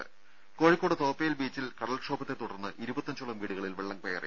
രുര കോഴിക്കോട് തോപ്പയിൽ ബീച്ചിൽ കടൽക്ഷോഭത്തെത്തുടർന്ന് ഇരുപത്തഞ്ചോളം വീടുകളിൽ വെള്ളം കയറി